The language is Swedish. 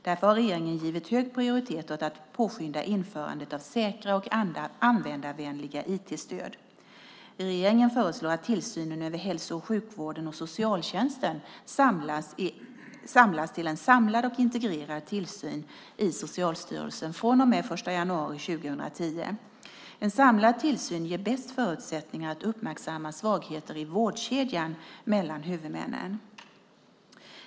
Därför har regeringen givit hög prioritet åt att påskynda införandet av säkra och användarvänliga IT-stöd. Regeringen föreslår att tillsynen över hälso och sjukvården och socialtjänsten samlas till en samlad och integrerad tillsyn i Socialstyrelsen från och med den 1 januari 2010. En samlad tillsyn ger bäst förutsättningar att uppmärksamma svagheter i vårdkedjan mellan huvudmännen.